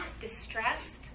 distressed